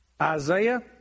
Isaiah